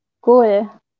cool